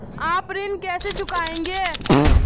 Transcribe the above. आप ऋण कैसे चुकाएंगे?